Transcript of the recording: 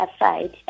aside